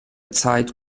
zeit